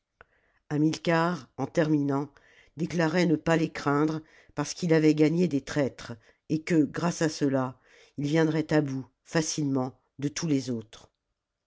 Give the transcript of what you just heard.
choix hamilcar en terminant déclarait ne pas les craindre parce qu'il avait gagné des traîtres et que grâce à ceux-là il viendrait à bout facilement de tous les autres